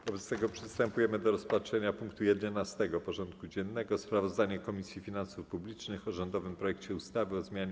Wobec tego przystępujemy do rozpatrzenia punktu 11. porządku dziennego: Sprawozdanie Komisji Finansów Publicznych o rządowym projekcie ustawy o zmianie